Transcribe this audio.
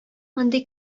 мондый